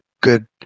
good